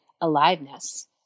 aliveness